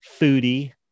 foodie